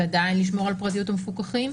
ועדיין לשמור על פרטיות המפוקחים.